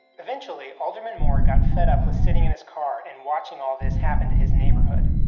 eventually alderman moore got fed up with sitting in his car and watching all this happen to his neighborhood,